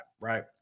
right